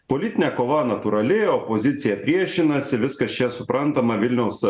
politinė kova natūrali opozicija priešinasi viskas čia suprantama vilniaus